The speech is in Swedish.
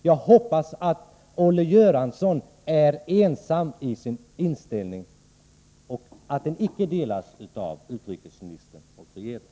Jag hoppas att Olle Göransson är ensam om sin inställning, att den inte delas av regeringen.